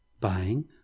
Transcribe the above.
Buying